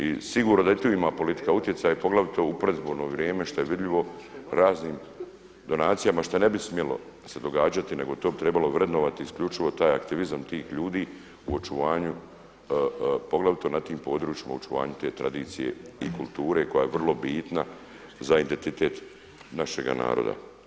I sigurno … politika utjecaj poglavito u predizborno vrijeme što je vidljivo raznim donacijama što ne bi smjelo se događati nego bi to trebalo vrednovati isključivo taj aktivizam tih ljudi u očuvanju na tim područjima očuvanju te tradicije i kulture koja je vrlo bitna za identitet našega naroda.